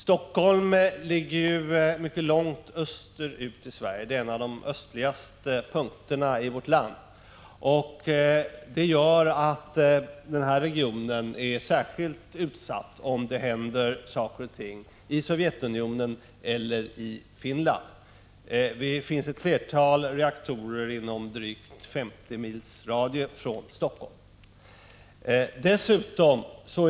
Helsingfors ligger ju mycket långt österut i Sverige, regionen är en av de östligaste i vårt land. Det gör att denna region är särskilt utsatt om det händer något i Sovjetunionen eller i Finland. Det finns ett flertal reaktorer inom drygt 50 mils radie från Helsingfors.